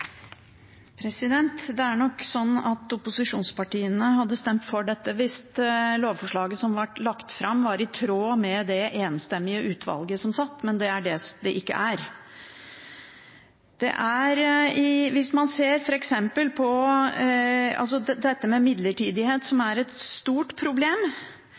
nok slik at opposisjonspartiene hadde stemt for dette hvis lovforslaget som ble lagt fram, hadde vært i tråd med det enstemmige utvalget, men det er det ikke. Hvis man ser på f.eks. dette med midlertidighet, som er et stort problem,